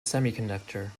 semiconductor